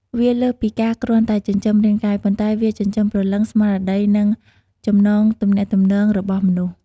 វាលើសពីការគ្រាន់តែចិញ្ចឹមរាងកាយ ប៉ុន្តែវាចិញ្ចឹមព្រលឹង ស្មារតី និងចំណងទំនាក់ទំនងរបស់មនុស្ស។